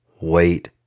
Wait